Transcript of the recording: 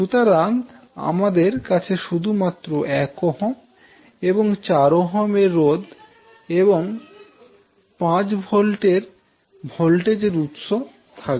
সুতরাং আমাদের কাছে শুধুমাত্র 1Ω এবং 4Ω এর রোধ এবং 5 ভোল্ট এর ভোল্টেজের উৎস থাকবে